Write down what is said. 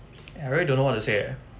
I really don't know what to say ah